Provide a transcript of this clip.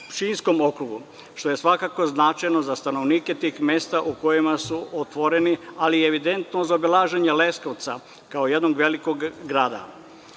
Pčinjskom okrugu, što je svakako značajno za stanovnike tih mesta u kojima su otvoreni, ali je evidentno zaobilaženje Leskovca, kao jednog velikog grada.